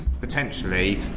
potentially